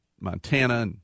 Montana